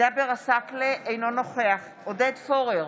ג'אבר עסאקלה, אינו נוכח עודד פורר,